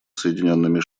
соединенными